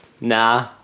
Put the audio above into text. Nah